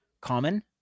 common